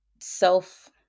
self